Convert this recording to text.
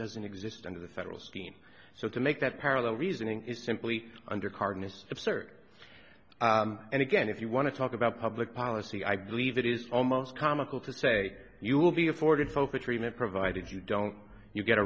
doesn't exist under the federal scheme so to make that parallel reasoning is simply undercard is absurd and again if you want to talk about public policy i believe it is almost comical to say you will be afforded folk a treatment provided you don't you get